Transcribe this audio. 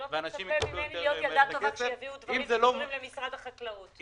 אל תצפה ממני להיות ילדה טובה כאשר יביאו דברים שקשורים למשרד החקלאות,